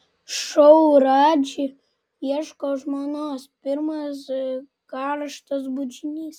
šou radži ieško žmonos pirmas karštas bučinys